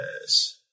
yes